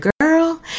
girl